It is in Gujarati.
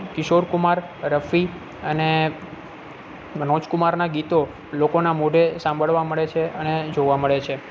કિશોર કુમાર રફી અને મનોજ કુમારના ગીતો લોકોના મોઢે સાંભળવા મળે છે અને જોવા મળે છે